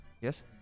Yes